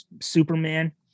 Superman